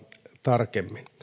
tarkemmin